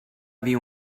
dia